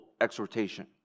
exhortation